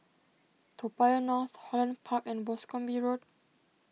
Toa Payoh North Holland Park and Boscombe Road